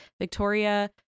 Victoria